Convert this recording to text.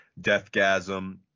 Deathgasm